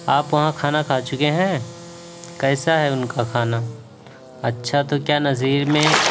آپ وہاں کھانا کھا چکے ہیں کیسا ہے ان کا کھانا اچھا تو کیا نظیر میں